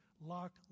lock